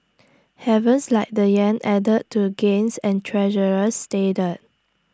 havens like the Yen added to gains and Treasuries steadied